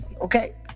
Okay